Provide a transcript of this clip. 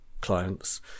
clients